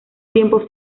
tiempo